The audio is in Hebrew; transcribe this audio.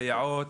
סייעות,